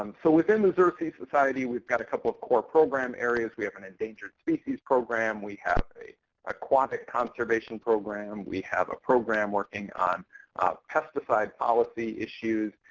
um so within the xerces society we've got a couple of core program areas. we have an endangered species program. we have an aquatic conservation program. we have a program working on pesticide policy issues.